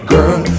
Girl